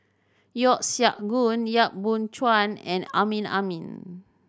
Yeo Siak Goon Yap Boon Chuan and Amrin Amin